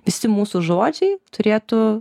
visi mūsų žodžiai turėtų